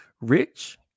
rich